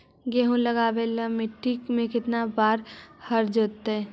गेहूं लगावेल मट्टी में केतना बार हर जोतिइयै?